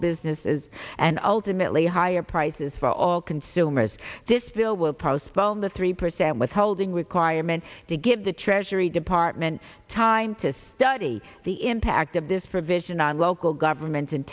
businesses and ultimately higher prices for all consumers this bill will postpone the three percent withholding requirement to give the treasury department time to study the impact of this provision on local governments and